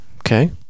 Okay